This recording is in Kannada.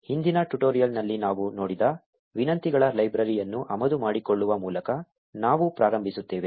ಹಿಂದಿನ ಟ್ಯುಟೋರಿಯಲ್ನಲ್ಲಿ ನಾವು ನೋಡಿದ ವಿನಂತಿಗಳ ಲೈಬ್ರರಿಯನ್ನು ಆಮದು ಮಾಡಿಕೊಳ್ಳುವ ಮೂಲಕ ನಾವು ಪ್ರಾರಂಭಿಸುತ್ತೇವೆ